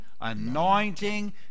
anointing